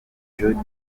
jody